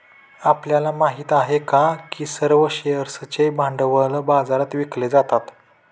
आपल्याला माहित आहे का की सर्व शेअर्सचे भांडवल बाजारात विकले जातात?